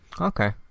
Okay